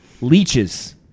Leeches